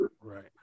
right